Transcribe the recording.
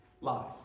live